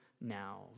now